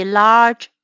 large